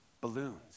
Balloons